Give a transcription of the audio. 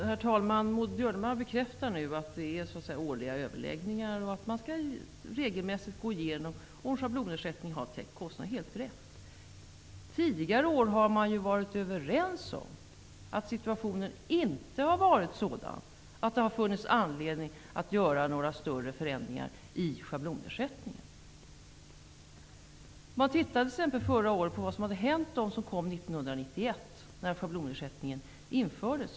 Herr talman! Maud Björnemalm bekräftar nu att det sker årliga överläggningar och att man regelmässigt skall se om schablonersättningen har täckt kostnaderna. Det är helt rätt. Tidigare år har man ju varit överens om att situationen inte varit sådan att det har funnits anledning att göra några större förändringar i schablonersättningen. Man tittade t.ex. förra året på detta för att se vad som hade hänt dem som kom hit 1991, då schablonersättningen infördes.